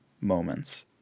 moments